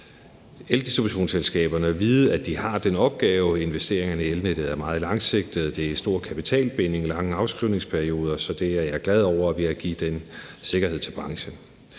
eldistributionsselskaberne at vide, at de har den opgave. Investeringerne i elnettet er meget langsigtede, og det er store kapitalbindinger og lange afskrivningsperioder. Så jeg er glad over, at vi har givet den sikkerhed til branchen.